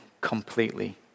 completely